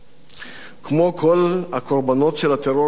כמו כל הקורבנות של הטרור הפלסטיני,